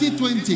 2020